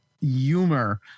humor